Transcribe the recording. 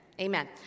Amen